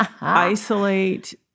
Isolate